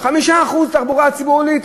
5% בתחבורה הציבורית,